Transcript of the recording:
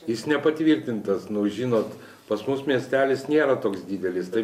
jis nepatvirtintas nu žinot pas mus miestelis nėra toks didelis tai